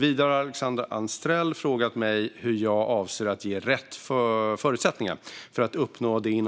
Vidare har Alexandra Anstrell frågat hur jag avser att ge det civila försvaret rätt förutsättningar för att uppnå det